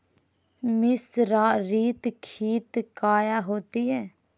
मिसरीत खित काया होती है?